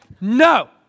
No